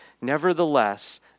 Nevertheless